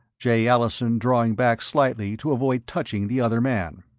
jay allison drawing back slightly to avoid touching the other man.